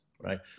right